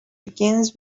begins